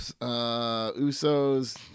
Usos